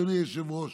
אדוני היושב-ראש,